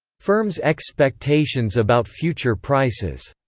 firms' expectations about future prices.